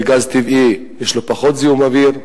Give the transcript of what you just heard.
כי גז טבעי, יש פחות זיהום אוויר,